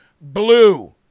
blue